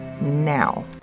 now